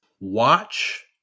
watch